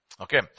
Okay